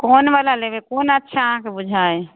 कोनवला लेबै कोन अच्छा अहाँके बुझाइए